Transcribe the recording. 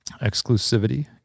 exclusivity